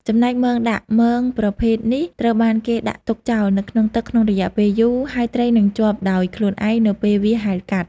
ចំណែកមងដាក់ មងប្រភេទនេះត្រូវបានគេដាក់ទុកចោលនៅក្នុងទឹកក្នុងរយៈពេលយូរ ហើយត្រីនឹងជាប់ដោយខ្លួនឯងនៅពេលវាហែលកាត់។